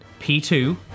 p2